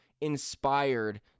inspired